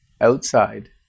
outside